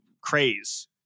craze